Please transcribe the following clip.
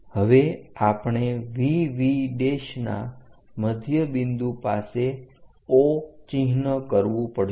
હવે આપણે VV ના મધ્ય બિંદુ પાસે O ચિહ્ન કરવું પડશે